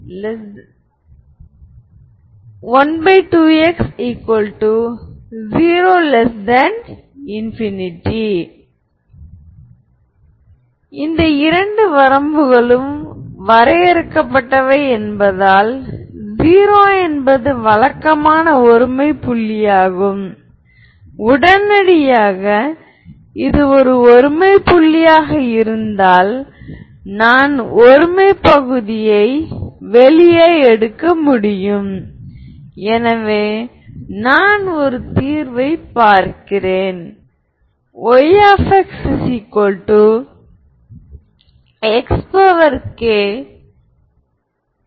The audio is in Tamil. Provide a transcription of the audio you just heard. எனவே v காம்ப்ளெக்ஸ் ஐகென் வெக்டர் என்றால் v மற்றும் v லீனியர்லி இன்டெபேன்டென்ட் எனவே நீங்கள் xiy மற்றும் x iy என்று கருதினால் y என்பது பூஜ்ஜியமாக இல்லாவிட்டால் அது ஒரு நிலையானதாக இருக்க முடியாது எனவே அவை லீனியர்லி இன்டெபேன்டென்ட் ஐகன் வெக்டார்களாகும்